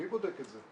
מי בודק את זה,